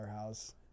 house